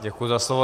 Děkuji za slovo.